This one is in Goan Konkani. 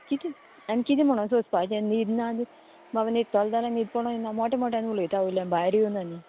कितें आनी किदें म्हणोन सोंसपाचें न्हीद ना बाबा न्हिदतलो जाल्यार न्हीद पडो दिना मोटे मोट्यान उलयता भायल्यान भायर येवन आनी